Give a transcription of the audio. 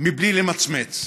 בלי למצמץ.